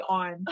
on